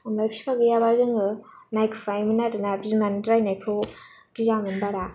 ओमफ्राय बिफा गैयाबा जोङो नायखुमायोमोन आरो ना बिमानि रायनायखौ गियामोन बारा